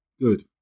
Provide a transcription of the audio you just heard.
Good